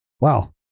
wow